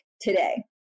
today